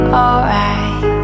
alright